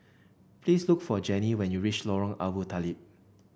please look for Jenny when you reach Lorong Abu Talib